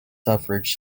suffrage